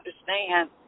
understand